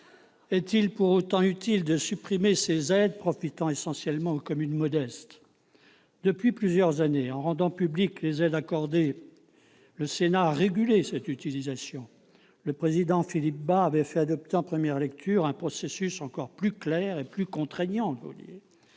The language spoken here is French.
Est-il pour autant utile de supprimer ces aides profitant essentiellement aux communes modestes ? Depuis plusieurs années, en rendant publiques les aides accordées, le Sénat a régulé cette utilisation. Le président Philippe Bas avait fait adopter en première lecture un processus encore plus clair et plus contraignant.